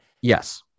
yes